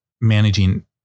managing